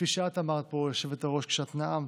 כפי שאת אמרת פה, היושבת-ראש, כשאת נאמת,